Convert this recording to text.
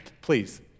please